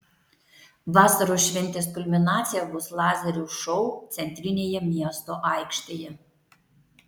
vasaros šventės kulminacija bus lazerių šou centrinėje miesto aikštėje